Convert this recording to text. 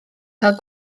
cael